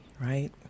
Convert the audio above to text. right